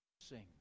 Sing